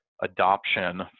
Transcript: adoption